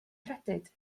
credyd